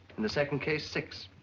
in the second case, six.